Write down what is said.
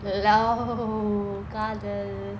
love காதல் :kadhal